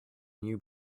new